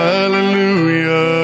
Hallelujah